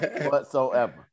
whatsoever